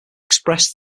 expressed